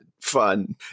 fun